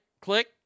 click